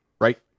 Right